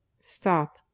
Stop